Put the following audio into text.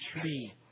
tree